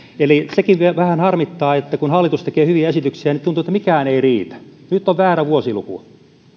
eli sekin vähän harmittaa että kun hallitus tekee hyviä esityksiä niin tuntuu että mikään ei riitä nyt on väärä vuosiluku